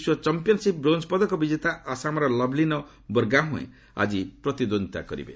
ବିଶ୍ୱ championship bronze ପଦକ ବିଜେତା ଆସାମର ଲଭ୍ଲିନା ବୋର୍ଗୋହେଁ ଆଜି ପ୍ରତିଦ୍ୱନ୍ଦିତା କରିବେ